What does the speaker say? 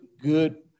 good